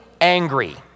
angry